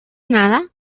nada